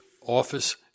office